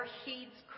heeds